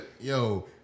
yo